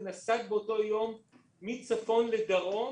ונסעת באותו יום מצפון לדרום